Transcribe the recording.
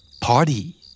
Party